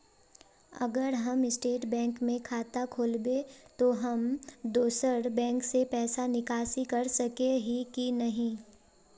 अगर हम State Bank में खाता खोलबे तो हम दोसर बैंक से पैसा निकासी कर सके ही की नहीं?